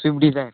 swift Dzire